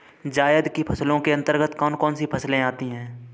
जायद की फसलों के अंतर्गत कौन कौन सी फसलें आती हैं?